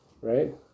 Right